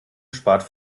spart